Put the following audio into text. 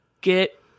Get